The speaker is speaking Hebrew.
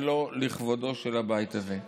זה לא לכבודו של הבית הזה.